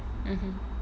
mmhmm